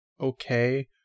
okay